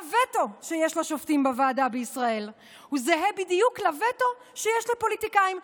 הווטו שיש לשופטים בוועדה בישראל הוא זהה בדיוק לווטו שיש לפוליטיקאים.